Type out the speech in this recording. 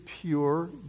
pure